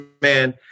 man